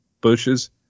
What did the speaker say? bushes